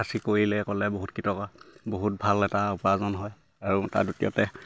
খাচী কৰিলে ক'লে বহুত কিটকা বহুত ভাল এটা উপাৰ্জন হয় আৰু তাত দ্বিতীয়তে